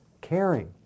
caring